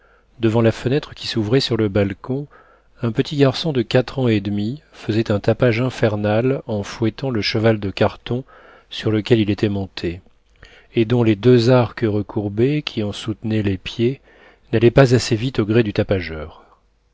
devant la fenêtre qui s'ouvrait sur le balcon un petit garçon de quatre ans et demi faisait un tapage infernal en fouettant le cheval de carton sur lequel il était monté et dont les deux arcs recourbés qui en soutenaient les pieds n'allaient pas assez vite au gré du tapageur